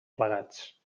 plegats